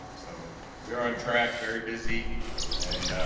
we're on track very busy and